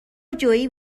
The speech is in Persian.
جویی